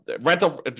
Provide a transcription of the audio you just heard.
rental